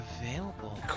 available